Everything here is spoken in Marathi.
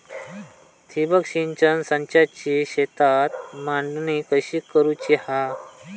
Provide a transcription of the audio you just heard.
ठिबक सिंचन संचाची शेतात मांडणी कशी करुची हा?